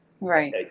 right